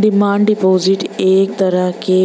demand deposit एक तरह क